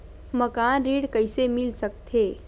मकान ऋण कइसे मिल सकथे?